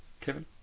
Kevin